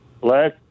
black